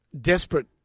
desperate